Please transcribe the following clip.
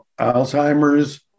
Alzheimer's